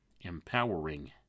empowering